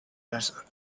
desert